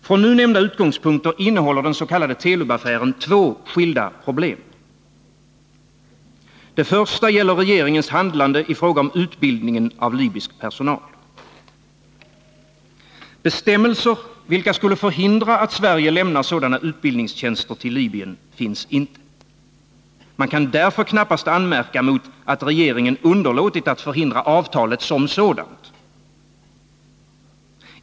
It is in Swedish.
Från nu nämnda utgångspunkter innehåller den s.k. Telub-affären två skilda problem. Det första gäller regeringens handlande i fråga om utbildningen av libysk personal. Bestämmelser, vilka skulle förhindra att Sverige lämnar sådana utbildningstjänster till Libyen, finns inte. Man kan därför knappast anmärka mot att regeringen underlåtit att förhindra avtalet som sådant.